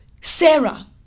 Sarah